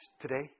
today